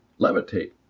levitate